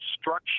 structure